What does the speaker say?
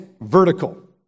vertical